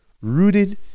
rooted